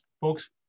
Folks